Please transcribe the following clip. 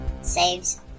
Saves